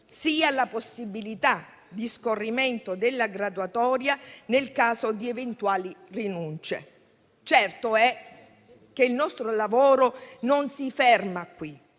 sia la possibilità di scorrimento della graduatoria nel caso di eventuali rinunce. Certo è che il nostro lavoro non si ferma qui.